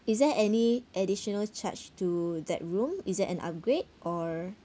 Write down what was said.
is there any additional charge to that room is it an upgrade or